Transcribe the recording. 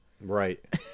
right